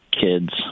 kids